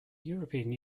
european